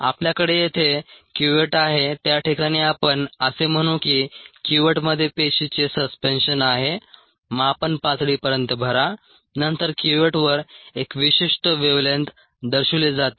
आपल्याकडे येथे क्युवेट आहे त्या ठिकाणी आपण असे म्हणू की क्युवेटमध्ये पेशीचे सस्पेंशन आहे मापन पातळीपर्यंत भरा नंतर क्युवेटवर एक विशिष्ट वेव्हलेंग्थ दर्शविली जाते